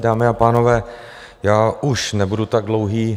Dámy a pánové, já už nebudu tak dlouhý.